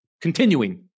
continuing